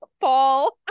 Paul